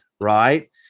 right